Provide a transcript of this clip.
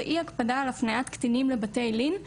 זה אי הקפדה על הפניית קטינים ל"בתי לין",